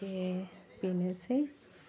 बे बेनोसै